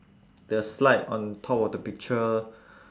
the slide on top of the picture